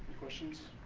questions,